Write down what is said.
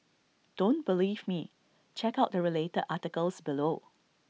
don't believe me check out the related articles below